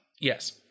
Yes